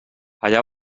allà